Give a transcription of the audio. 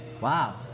Wow